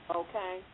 okay